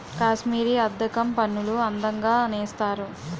కాశ్మీరీ అద్దకం పనులు అందంగా నేస్తారు